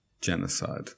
genocide